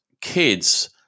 kids